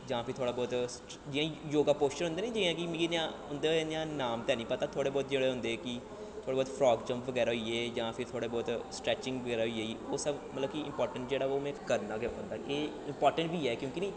जां फ्ही थोह्ड़ा बौह्त जियां योग पोछ्चर होंदे नी जियां कि में उं'दा नाम ते निं पता थोह्ड़े बौह्त जेह्ड़े होंदे कि थोह्ड़े बौह्त प्राग जंप बगैरा होई गे जां फ्ही थोह्ड़े बौह्त स्ट्रैचिंग बगैरा होई गेई ओह् सब मतलब कि इंपार्टैंट जेह्ड़ा ओह् में करना गै एह् इंपार्टैंट बी ऐ क्योंकि